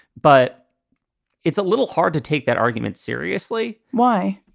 but it's a little hard to take that argument seriously. why?